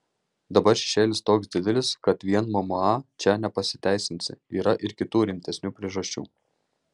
dabar šešėlis toks didelis kad vien mma čia nepasiteisinsi yra ir kitų rimtesnių priežasčių